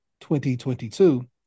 2022